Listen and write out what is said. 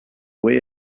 way